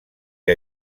que